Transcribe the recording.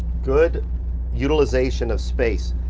good utilization of space.